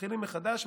מתחילים מחדש,